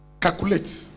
calculate